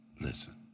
Listen